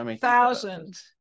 Thousands